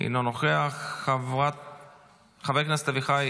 אינו נוכח, חבר הכנסת גלעד קריב,